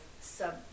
sub